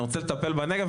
אני רוצה לטפל בנגב,